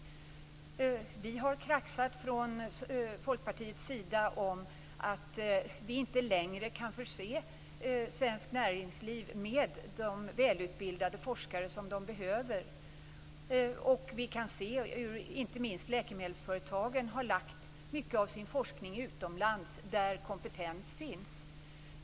Vi från Folkpartiet har kraxat om att vi inte längre kan förse svenskt näringsliv med de välutbildade forskare som behövs, och vi kan se hur inte minst läkemedelsföretagen har lagt mycket av sin forskning utomlands där kompetens finns.